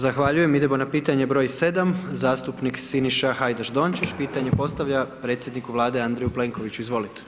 Zahvaljujem, idemo na pitanje br. 7. Zastupnika Siniša Hajdaš Dončić, pitanje postavlja predsjedniku Vlade Andreju Plenkoviću, izvolite.